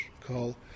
call